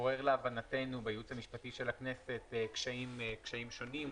עורר להבנתנו בייעוץ המשפטי של הכנסת קשיים שונים.